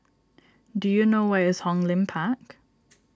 do you know where is Hong Lim Park